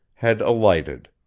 had alighted.